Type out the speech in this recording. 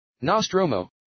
Nostromo